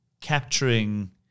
capturing